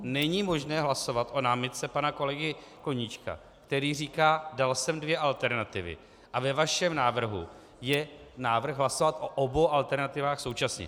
Není možné hlasovat o námitce pana kolegy Koníčka, který říká, dal jsem dvě alternativy a ve vašem návrhu je hlasovat o obou alternativách současně.